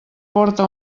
porta